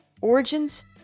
origins